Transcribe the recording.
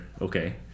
okay